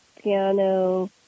piano